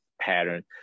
pattern